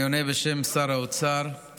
אני עונה בשם שר האוצר על